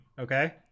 Okay